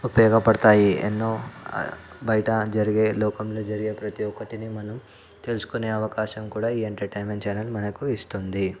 ఉపయోగపడతాయి ఎన్నో బయట జరిగే లోకంలో జరిగే ప్రతి ఒక్కటిని మనం తెలుసుకునే అవకాశం కూడా ఈ ఎంటర్టైన్మెంట్ ఛానల్ మనకు ఇస్తుంది